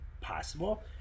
possible